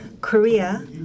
Korea